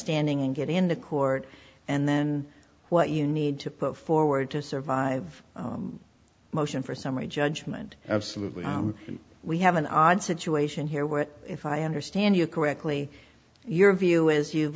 standing and get in the court and then what you need to put forward to survive motion for summary judgment absolutely and we have an odd situation here where if i understand you correctly your view is you've